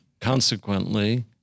consequently